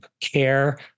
care